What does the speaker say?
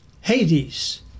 Hades